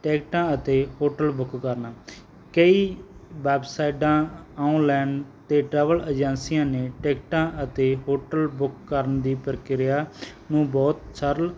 ਟਿਕਟਾਂ ਅਤੇ hotel book ਕਰਨਾ ਕਈ ਵੈਬਸਾਈਟਾਂ ਆਨਲਾਈਨ ਅਤੇ ਟ੍ਰੇਵਲ ਏਜੰਸੀਆਂ ਨੇ ਟਿਕਟਾਂ ਅਤੇ ਹੋਟਲ ਬੁੱਕ ਕਰਨ ਦੀ ਪ੍ਰਕਿਰਿਆ ਨੂੰ ਬਹੁਤ ਸਰਲ